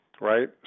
Right